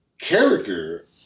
character